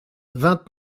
vingt